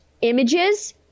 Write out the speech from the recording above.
images